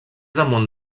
damunt